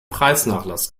preisnachlass